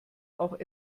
auch